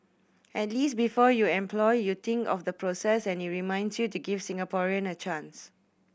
at least before you employ you think of the process and it reminds you to give Singaporean a chance